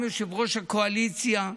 גם יושב-ראש הקואליציה,